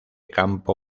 campo